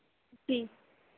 जी